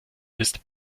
ist